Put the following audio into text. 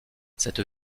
cette